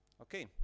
Okay